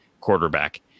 quarterback